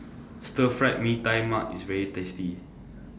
Stir Fry Mee Tai Mak IS very tasty